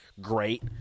great